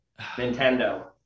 Nintendo